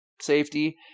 safety